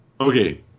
okay